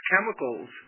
chemicals